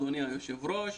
אדוני היושב-ראש,